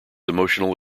emotional